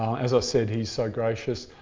as i said, he's so gracious.